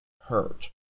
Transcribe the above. hurt